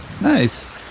nice